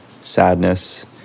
sadness